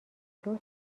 توجه